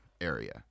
area